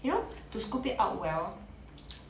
you know to scope it out well